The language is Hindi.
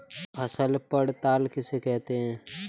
फसल पड़ताल किसे कहते हैं?